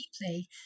deeply